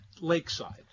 Lakeside